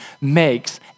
makes